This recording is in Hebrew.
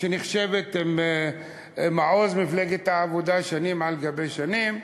שנחשבת מעוז מפלגת העבודה שנים על גבי שנים,